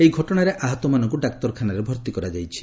ଏହି ଘଟଣାରେ ଆହତମାନଙ୍କୁ ଡାକ୍ତରଖାନାରେ ଭର୍ତ୍ତି କରାଯାଇଛି